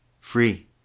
free